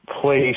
place